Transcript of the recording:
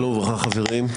שלום וברכה חברים,